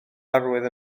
arwydd